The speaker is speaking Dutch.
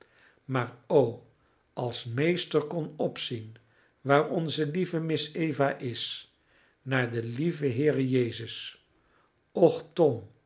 maar o als meester kon opzien waar onze lieve miss eva is naar den lieven heere jezus